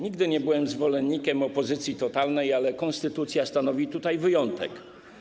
Nigdy nie byłem zwolennikiem opozycji totalnej, ale konstytucja stanowi tutaj wyjątek.